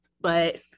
but-